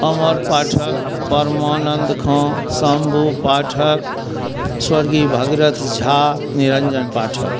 अमर पाठक परमानन्द खाँ शम्भू पाठक स्वर्गीय भगीरथ झा निरन्जन पाठक